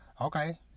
okay